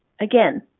Again